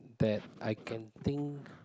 that I can think